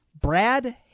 Brad